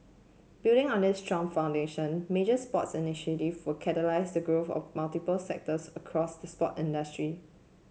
building on this strong foundation major sports initiative will catalyse the growth of multiple sectors across the sport industry